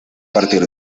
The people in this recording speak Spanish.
partir